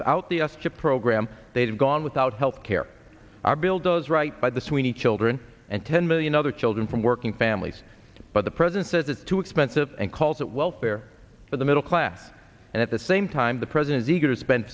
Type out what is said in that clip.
without the s chip program they have gone without health care our bill does right by the sweeney children and ten million other children from working families the president says it's too expensive and calls it welfare for the middle class and at the same time the president's eager spen